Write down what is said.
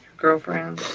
girlfriend